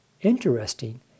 Interesting